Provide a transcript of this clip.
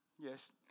Yes